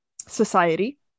society